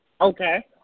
Okay